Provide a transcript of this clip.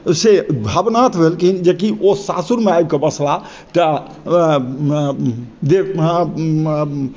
से भवनाथ भेलखिन जे कि ओ सासुरमे आबिके बसलाह तऽ